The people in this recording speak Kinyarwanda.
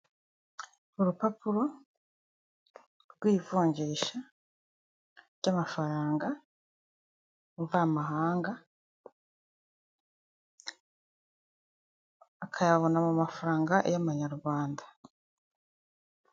Abagabo babiri bari imbere y'ikamyo umwe yambaye ishati y'amakaro undi yambaye umupira w'umutuku urimo utubara tw'umweru, imbere y'iyo kamyo hari amagambo yandikishije umutuku hari n'ayandi yandikishije umukara.